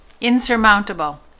insurmountable